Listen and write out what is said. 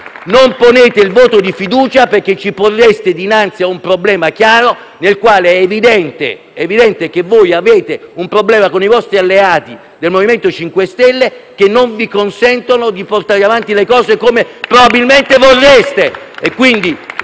Non ponete il voto di fiducia perché ci porreste dinanzi a un problema chiaro. È evidente che avete un problema con i vostri alleati del MoVimento 5 Stelle, che non vi consentono di portare avanti le cose come probabilmente vorreste.